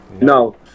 No